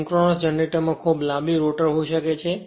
synchronous જનરેટરમાં ખૂબ લાંબી રોટર હોઈ શકે છે